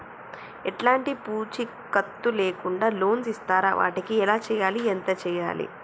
ఎలాంటి పూచీకత్తు లేకుండా లోన్స్ ఇస్తారా వాటికి ఎలా చేయాలి ఎంత చేయాలి?